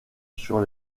sur